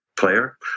player